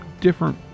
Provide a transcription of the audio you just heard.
different